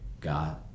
God